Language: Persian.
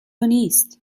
نیست